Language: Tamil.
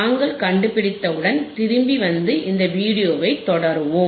நாங்கள் கண்டுபிடித்தவுடன் திரும்பி வந்து இந்த வீடியோவைத் தொடருவோம்